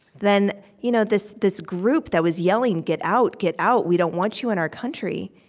than you know this this group that was yelling, get out, get out! we don't want you in our country!